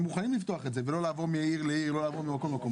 הם מוכנים לפתוח את זה ולא לעבור מעיר לעיר וממקום למקום.